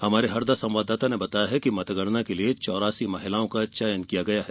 हमारे हरदा संवाददाता ने बताया कि मतगणना के लिए चौरासी महिलाओं का चयन किया गया है